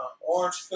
Orange